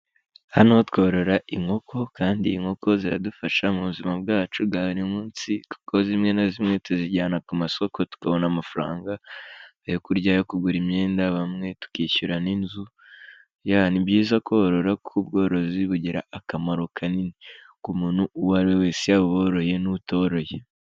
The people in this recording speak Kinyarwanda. Hano tworora inkoko kandi inkoko ziradufasha mu buzima bwacu duhari munsi kuko zimwe na zimwe tuzijyana ku masoko tukabona amafaranga yo kurya yo kugura imyenda bamwe tukishyura n'inzu. Ni byiza korora kuko ubworozi bugira akamaro kanini ku muntu uwo ari we wese yaba uworoye n'utoroheye n'utoroye.